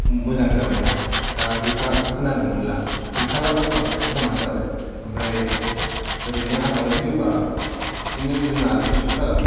मोजां जाबाय दा दा एफा खोनानो मोनला गैखालाबो बांद्राय खमानो जाबाय ओमफ्राय ओरैनो आसामाव फैयोब्ला बिदिनो जुनार जिबफ्रा